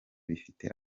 bifite